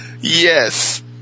Yes